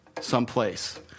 someplace